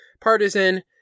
Partisan